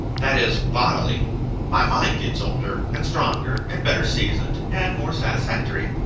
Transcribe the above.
that is, bodily my mind gets older, and stronger, and better seasoned, and more satisfactory.